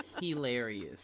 hilarious